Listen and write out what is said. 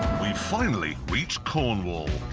we finally reached cornwall.